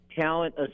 talent